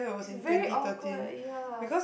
it's very awkward ya